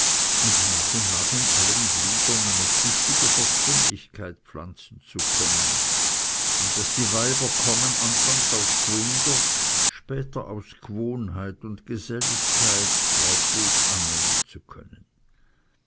und nach und nach in allen gliedern eine tüchtige verständigkeit pflanzen zu können und daß die weiber kommen anfangs aus gwunder später aus gewohnheit und geselligkeit glaubte ich annehmen zu können